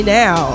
now